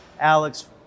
Alex